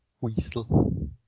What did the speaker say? weasel